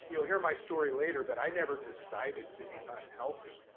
you know hear my story later, but i never decided to be unhealthy.